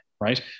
right